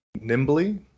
nimbly